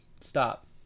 Stop